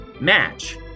match